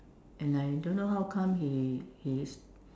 and I don't know how come he he